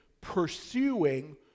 pursuing